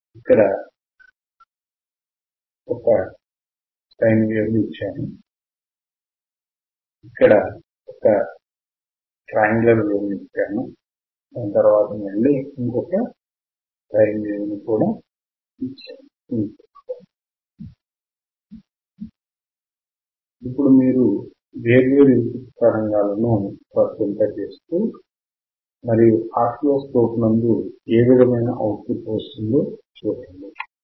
ఇప్పుడు మీరు వేర్వేరు ఇన్ పుట్ తరంగాలను వర్తింపజేస్తే మరియు అసిలోస్కోప్ నందు ఏ విధమైన అవుట్ పుట్ వస్తుందో చూడండి